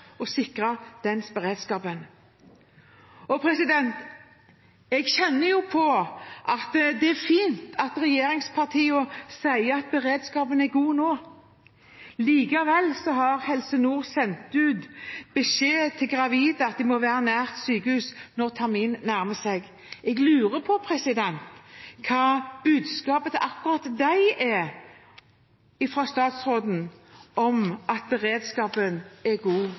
å sikre den beredskapen. Jeg kjenner på at det er fint at regjeringspartiene sier at beredskapen er god nå. Likevel har Helse Nord sendt ut beskjed til gravide om at de må være nær sykehus når terminen nærmer seg. Jeg lurer på hva budskapet til akkurat dem er fra statsråden – om beredskapen er god